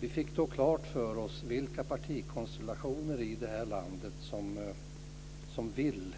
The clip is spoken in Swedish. Vi fick då klart för oss vilka partikonstellationer i det här landet som vill